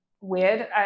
weird